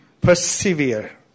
persevere